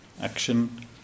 Action